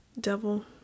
devil